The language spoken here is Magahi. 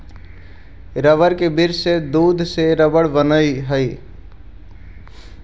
रबर के वृक्ष के दूध से रबर बनऽ हई